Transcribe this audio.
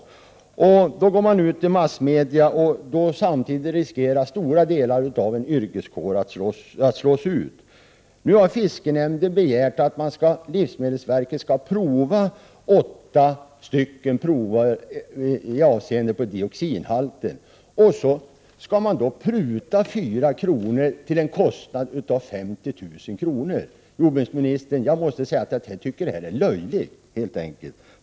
Ändock går man ut i massmedia. Samtidigt riskerar stora delar av en yrkeskår att slås ut. Nu har fiskenämnderna begärt att livsmedelsverket skall genomföra åtta prover med avseende på dioxinhalten. Skall man då pruta 4 prover till en kostnad av 50 000 kr.? Jag måste säga att jag helt enkelt tycker att det här är löjligt, jordbruksministern.